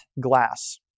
glass